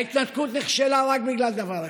ההתנתקות נכשלה רק בגלל דבר אחד,